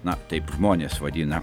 na taip žmonės vadina